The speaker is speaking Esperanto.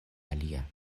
alia